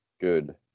good